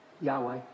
Yahweh